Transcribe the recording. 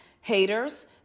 haters